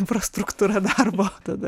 infrastruktūra darbo tada